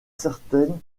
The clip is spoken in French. certaine